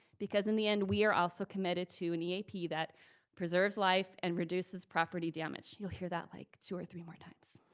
because in the end, we are also committed to an eap that preserves life and reduces property damage. you'll hear that like, two or three more times.